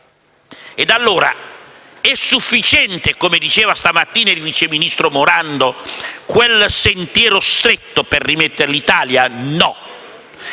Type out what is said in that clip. Ed allora è sufficiente, come diceva stamattina il vice ministro Morando, quel sentiero stretto per rimettere in piedi l'Italia? No.